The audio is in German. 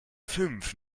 fünf